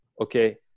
Okay